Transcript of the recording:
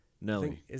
Nelly